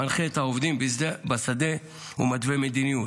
מנחה את העובדים בשדה ומתווה מדיניות.